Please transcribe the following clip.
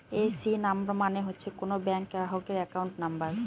AC number মানে হচ্ছে কোনো ব্যাঙ্ক গ্রাহকের একাউন্ট নাম্বার